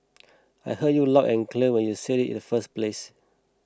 I heard you loud and clear when you said it the first place